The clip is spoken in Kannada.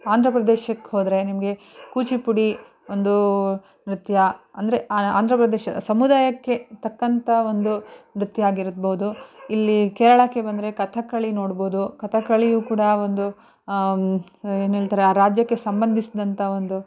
ಆಂಧ್ರ ಪ್ರದೇಶಕ್ಕೆ ಹೋದರೆ ನಿಮಗೆ ಕೂಚಿಪುಡಿ ಒಂದೂ ನೃತ್ಯ ಅಂದರೆ ಆಂಧ್ರ ಪ್ರದೇಶ ಸಮುದಾಯಕ್ಕೆ ತಕ್ಕಂಥ ಒಂದು ನೃತ್ಯ ಆಗಿರ್ಬೋದು ಇಲ್ಲಿ ಕೇರಳಕ್ಕೆ ಬಂದರೆ ಕಥಕ್ಕಳಿ ನೋಡ್ಬೋದು ಕಥಕಳಿಯೂ ಕೂಡ ಒಂದು ಏನು ಹೇಳ್ತಾರೆ ಆ ರಾಜ್ಯಕ್ಕೆ ಸಂಬಂಧಿಸ್ದಂಥ ಒಂದು